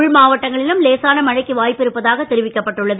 உள்மாவட்டங்களிலும் லேசான மழைக்கு வாய்ப்பிருப்பதாக தெரிவிக்கப்பட்டுள்ளது